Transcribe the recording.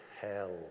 hell